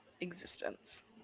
existence